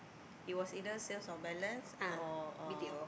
it was either sales or balance or